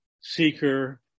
seeker